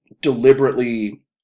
deliberately